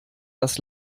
das